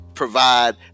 Provide